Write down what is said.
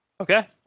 Okay